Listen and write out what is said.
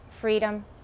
freedom